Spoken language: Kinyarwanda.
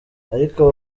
ariko